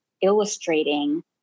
illustrating